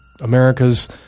America's